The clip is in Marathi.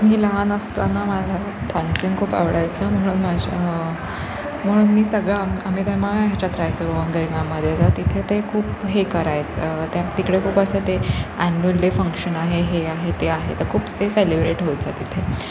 मी लहान असताना मला डान्सिंग खूप आवडायचं म्हणून माझ्या म्हणून मी सगळं आम्ही तेव्हा ह्याच्यात राहायचो मध्ये तर तिथे ते खूप हे करायचं त्या तिकडे खूप असं ते ॲन्युअल डे फंक्शन आहे हे आहे ते आहे तर खूप ते सेलिब्रेट होतं तिथे